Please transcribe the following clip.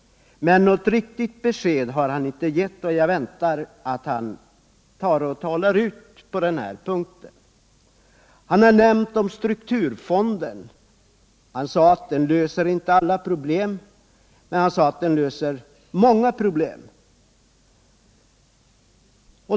Men något riktigt besked har han inte gett, och jag väntar att han talar ut på denna punkt. Birger Nilsson har nämnt om strukturfonden. Han sade att den löser inte alla problem, men den löser många problem.